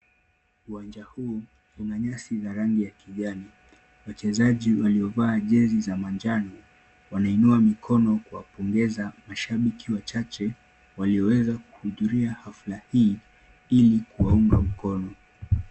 Uwanja huu una nyasi yenye rangi za kijani wachezaji walio vaa jezi za manjano, Wanainua mikono kuwapongeza mashabiki wachache walioweza kuhudhuria hafla ili kuwaaunga mkono.